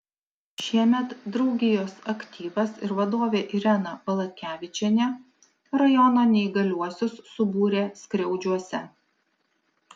šiemet draugijos aktyvas ir vadovė irena valatkevičienė rajono neįgaliuosius subūrė skriaudžiuose